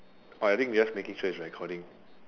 oh I think they just making sure it's recording